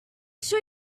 sure